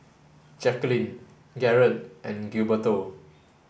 Jacklyn Garrett and Gilberto